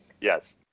yes